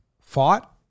Fought